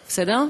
בסדר?